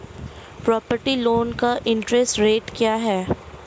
Property loan का interest rate क्या है?